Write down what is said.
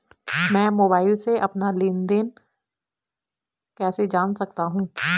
मैं मोबाइल से अपना लेन लेन देन कैसे जान सकता हूँ?